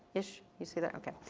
ish, you see that? okay,